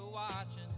Watching